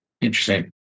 Interesting